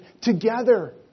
together